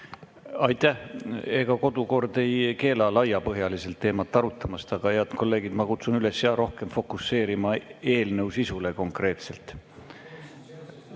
Aitäh! Ega kodukord ei keela laiapõhjaliselt teemat arutamast. Aga head kolleegid, ma kutsun üles jah rohkem fokuseerima eelnõu sisule konkreetselt. Läheme